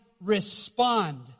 respond